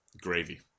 gravy